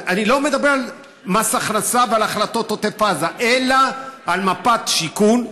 אני לא מדבר על מס הכנסה ועל החלטות עוטף עזה אלא על מפת שיכון,